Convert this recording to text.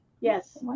Yes